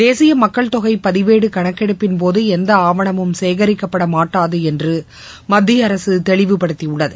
தேசிய மக்கள் தொகை பதிவேடு கணக்கெடுப்பின்போது எந்த ஆவணமும் சேகரிக்கப்பட மாட்டாது என்று மத்திய அரசு தெளிவுப்படுத்தியுள்ளது